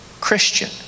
Christian